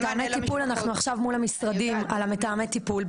עכשיו מול המשרדים על המתאמי טיפול,